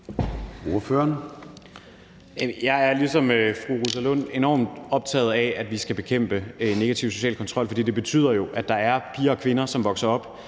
Jeg er ligesom fru Rosa Lund enormt optaget af, at vi skal bekæmpe negativ social kontrol, for den betyder jo, at der er piger og kvinder, som vokser op,